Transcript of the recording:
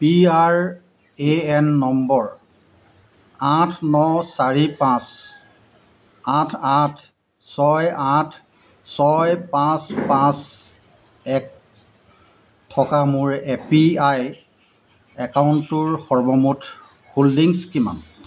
PRAN number আঠ ন চাৰি পাঁচ আঠ আঠ ছয় আঠ ছয় পাঁচ পাঁচ এক থকা মোৰ এপিৱাই একাউণ্টটোৰ সৰ্বমুঠ হোল্ডিংছ কিমান